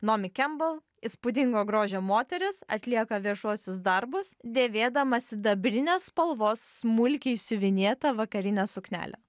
naomi kembel įspūdingo grožio moteris atlieka viešuosius darbus dėvėdama sidabrinės spalvos smulkiai siuvinėtą vakarinę suknelę